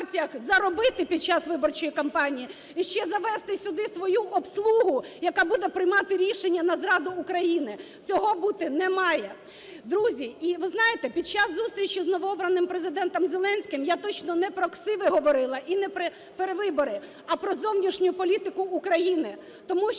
заробити під час виборчої кампанії, і ще завести сюди свою обслугу, яка буде приймати рішення на зраду України! Цього бути не має! Друзі, і ви знаєте, під час зустрічі з новообраним Президентом Зеленським я точно не про "ксиви" говорила і не про перевибори, а про зовнішню політику України, тому що